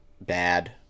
bad